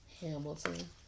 Hamilton